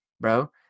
bro